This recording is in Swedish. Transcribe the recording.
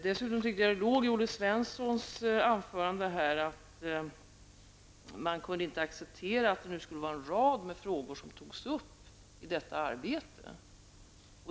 Dessutom tycker jag att det av Olle Svenssons anförande framgick att man inte kunde acceptera att en rad frågor nu skulle tas upp i detta arbete.